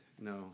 no